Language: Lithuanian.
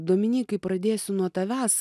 dominykai pradėsiu nuo tavęs